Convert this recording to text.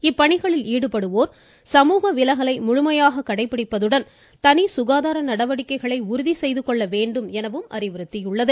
இப்பணிகளில் எனியும் ஈடுபடுவோர் சமுக விலகலை முழுமையாக கடைபிடிப்பதுடன் தனி சுகாதார நடவடிக்கைகளை உறுதி செய்து கொள்ள வேண்டும் எனவும் உத்தரவிடப்பட்டுள்ளது